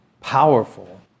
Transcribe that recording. powerful